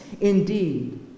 indeed